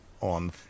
on